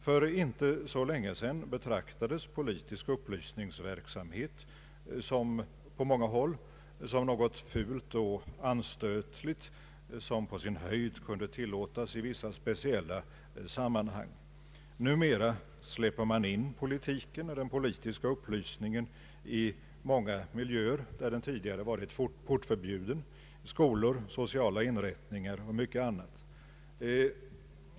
För inte så länge sedan betraktades politisk upplysningsverksamhet på många håll som något fult och anstötligt, som på sin höjd kunde tillåtas i vissa speciella sammanhang. Numera släpper man in politiken och den politiska upplysningen i många miljöer där den tidigare varit portförbjuden — i skolor, sociala inrättningar och mycket annat.